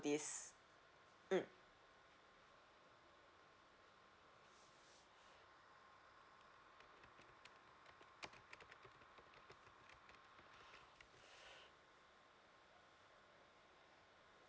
this mm